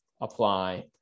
apply